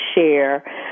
share